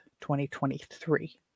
2023